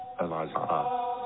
Eliza